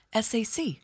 SAC